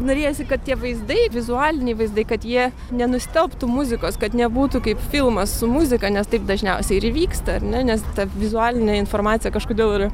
norėjosi kad tie vaizdai vizualiniai vaizdai kad jie nenustelbtų muzikos kad nebūtų kaip filmas su muzika nes taip dažniausiai ir įvyksta ar ne nes ta vizualinė informacija kažkodėl yra